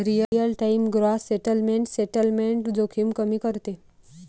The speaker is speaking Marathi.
real time gross settlement settlement जोखीम कमी करते